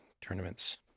tournaments